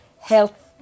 health